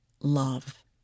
love